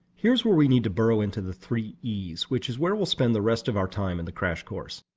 here's where we need to burrow into the three e s, which is where we'll spend the rest of our time in the crash course.